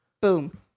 Boom